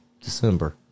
December